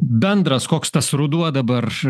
bendras koks tas ruduo dabar